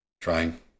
trying